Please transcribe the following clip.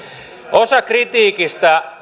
osa kritiikistä